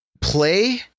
play